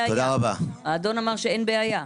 האדון אומר שאין בעיה.